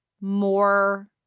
more